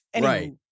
right